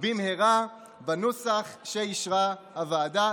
במהרה בנוסח שאישרה הוועדה.